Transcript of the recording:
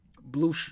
blue